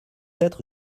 être